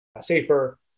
safer